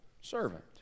servant